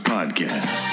Podcast